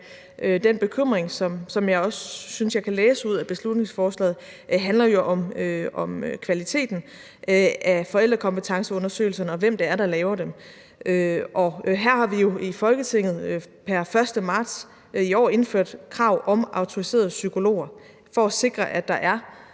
den bekymring, som jeg også synes jeg kan læse ud af beslutningsforslaget, handler jo om kvaliteten af forældrekompetenceundersøgelserne og spørgsmålet om, hvem der laver dem. Her har vi jo i Folketinget pr. 1. marts i år indført krav om autoriserede psykologer for at sikre, at der er